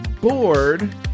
bored